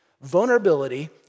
Vulnerability